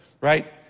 right